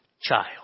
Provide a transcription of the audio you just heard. child